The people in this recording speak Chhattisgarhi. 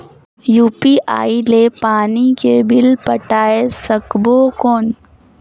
यू.पी.आई ले पानी के बिल पटाय सकबो कौन?